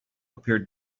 appeared